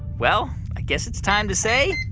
well, i guess it's time to say,